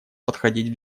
подходить